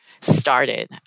started